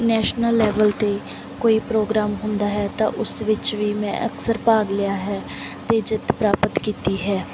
national level 'ਤੇ ਕੋਈ programme ਹੁੰਦਾ ਹੈ ਤਾਂ ਉਸ ਵਿੱਚ ਵੀ ਮੈਂ ਅਕਸਰ ਭਾਗ ਲਿਆ ਹੈ ਅਤੇ ਜਿੱਤ ਪ੍ਰਾਪਤ ਕੀਤੀ ਹੈ